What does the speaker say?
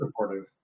supportive